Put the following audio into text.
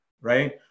right